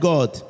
God